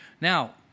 Now